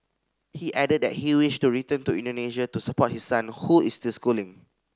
he added that he wished to return to Indonesia to support his son who is still schooling